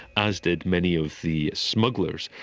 as did many of the smugglers,